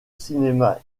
cinéma